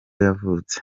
yavutse